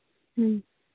ᱦᱮᱸ